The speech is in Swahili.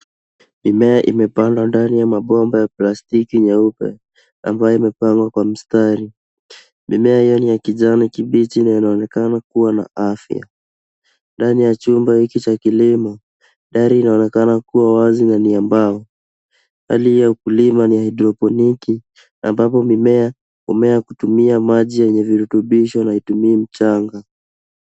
Mimea imepandwa ndani ya mabomba ya plastiki nyeupe ambayo imepangwa kwa mstari. Mimea hiyo ni ya kijani kibichi na inaonekana kuwa na afya. Ndani ya chumba hiki cha kilimo, dari inaonekana kuwa wazi na ni ya mbao. Hali hii ya ukulima ni ya hydroponiki ambapo mimea humea kutumia maji yenye virutubisho na haitumii mchanga.